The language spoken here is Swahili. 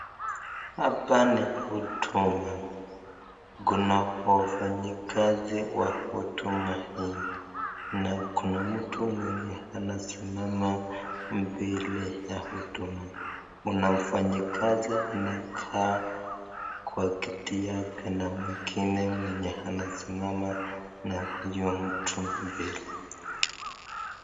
Hapa ni huduma, kuna wafanyekazi wa huduma hii na kuna mtu mwenye anasimama mbele ya huduma. Kuna mfanyikazi anakaa kwa kiti yake na mwengine mwenye anasimama na huyo mtu mbele.